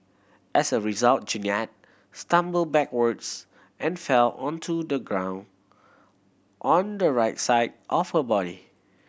as a result Jeannette stumbled backwards and fell onto the ground on the right side of her body